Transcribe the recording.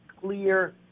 clear